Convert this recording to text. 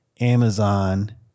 Amazon